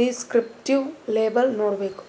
descriptive label ನೋಡ್ಬೇಕ್